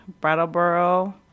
Brattleboro